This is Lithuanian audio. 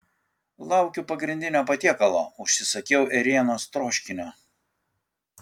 laukiu pagrindinio patiekalo užsisakiau ėrienos troškinio